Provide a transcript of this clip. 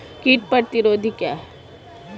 कीट प्रतिरोधी क्या है?